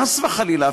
חס וחלילה,